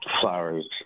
flowers